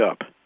up